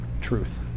Truth